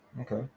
okay